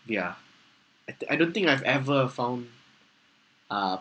ya a~ th~ I don't think I've ever found uh